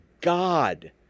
God